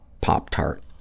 Pop-Tart